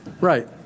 Right